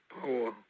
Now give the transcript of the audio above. power